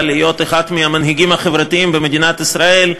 להיות אחד המנהיגים החברתיים במדינת ישראל,